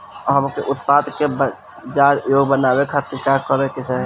हमके उत्पाद के बाजार योग्य बनावे खातिर का करे के चाहीं?